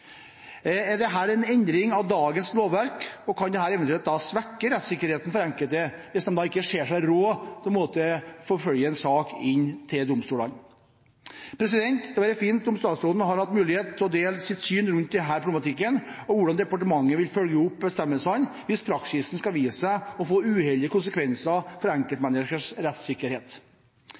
Er dette en endring av dagens lovverk? Og kan dette eventuelt svekke rettssikkerheten for enkelte hvis de ikke ser seg råd til å forfølge en sak inn til domstolene? Det hadde vært fint om statsråden hadde hatt mulighet til å dele sitt syn rundt denne problematikken og om hvordan departementet vil følge opp bestemmelsene hvis praksisen skulle vise seg å få uheldige konsekvenser for enkeltmenneskers rettssikkerhet.